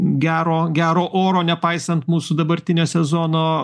gero gero oro nepaisant mūsų dabartinio sezono